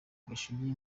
gashugi